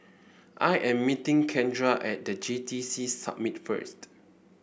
I am meeting Kendra at The J T C Summit first